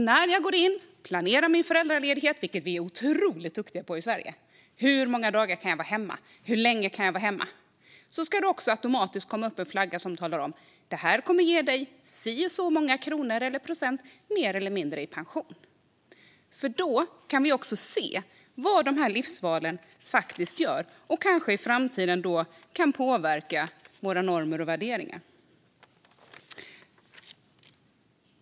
När jag går in och planerar min föräldraledighet, vilket vi är otroligt duktiga på i Sverige - hur många dagar kan jag vara hemma och hur länge kan jag vara hemma - ska det också automatiskt komma upp en flagga som talar om att det här kommer att ge mig si och så många kronor, eller procent, mer eller mindre i pension. Då kan vi också se vad livsvalen innebär, och det kanske påverkar våra normer och värderingar i framtiden.